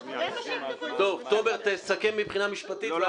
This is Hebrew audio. תומר, תסכם מבחינה משפטית.